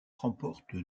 remporte